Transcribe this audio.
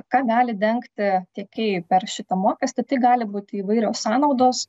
ką gali dengti tiekėjai per šitą mokestį tai gali būti įvairios sąnaudos